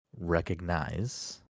recognize